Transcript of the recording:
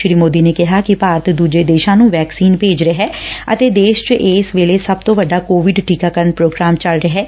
ਸ੍ਰੀ ਮੌਦੀ ਨੇ ਕਿਹਾ ਕਿ ਭਾਰਤ ਦੂਜੇ ਦੇਸ਼ਾਂ ਨੂੰ ਵੈਕਸੀਨ ਭੇਜ ਰਿਹੈ ਅਤੇ ਦੇਸ਼ ਚ ਇਸ ਵੇਲੇ ਸਭ ਤੋ ਵੱਡਾ ਕੋਵਿਡ ਟੀਕਾਕਰਨ ਪ੍ਰੋਗਰਾਮ ਚੱਲ ਰਿਹੈ